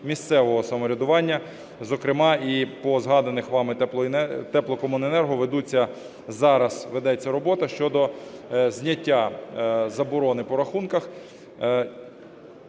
місцевого самоврядування. Зокрема і по згаданих вами теплокомуненерго ведуться… зараз ведеться робота щодо зняття заборони по рахунках.